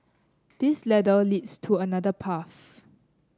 this ladder leads to another path